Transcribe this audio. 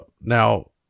now